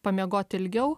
pamiegot ilgiau